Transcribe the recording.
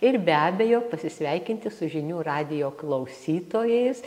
ir be abejo pasisveikinti su žinių radijo klausytojais